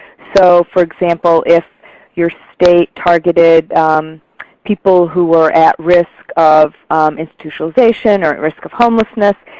so for example, if your state targeted people who were at risk of institutionalization or at risk of homelessness